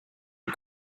une